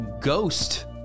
Ghost